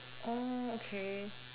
oh okay